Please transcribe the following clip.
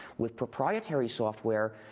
with proprietory software,